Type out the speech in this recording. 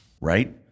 Right